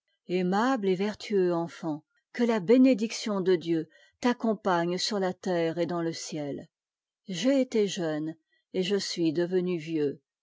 aimable et vertueux enfant que la bénédiction de dieu t'accompagne sur la terre et dans le ciel j'ai été jeune et je suis devenu vieux